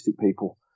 people